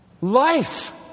life